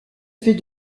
fait